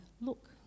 look